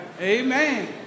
Amen